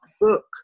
book